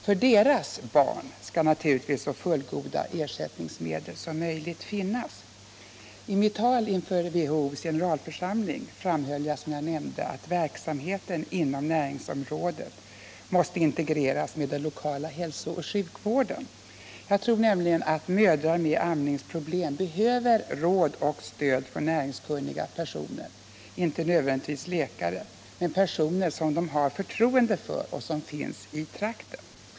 För deras barn skall naturligtvis så fullgoda ersättningsmedel som möjligt finnas. I mitt tal inför WHO:s generalförsamling framhöll jag, som jag nämnde, att verksamheten inom näringsområdet måste integreras med den lokala hälsooch sjukvården. Jag tror nämligen att mödrar med amningsproblem behöver råd och stöd från näringskunniga personer, inte nödvändigtvis läkare men personer som mödrarna har förtroende för och som finns i trakten.